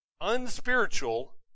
unspiritual